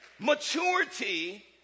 Maturity